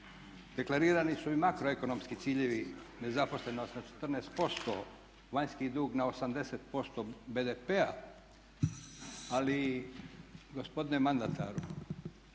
Deklarirani su i makroekonomski ciljevi, nezaposlenost na 14%, vanjski dug na 80% BDP-a. Ali gospodine mandataru